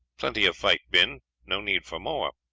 plenty of fight been no need for more.